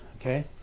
okay